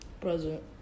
present